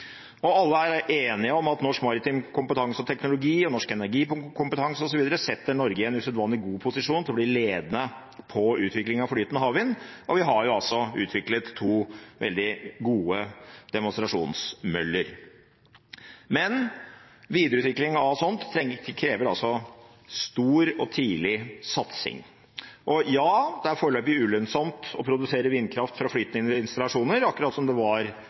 Alle er enige om at norsk maritim kompetanse og teknologi, norsk energikompetanse osv., setter Norge i en usedvanlig god posisjon til å bli ledende på utvikling av flytende havvind, og vi har utviklet to veldig gode demonstrasjonsmøller. Men videreutvikling av slikt krever altså stor og tidlig satsing. Foreløpig er det ulønnsomt å produsere vindkraft fra flytende installasjoner, akkurat som det var